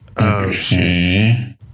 Okay